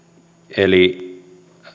eli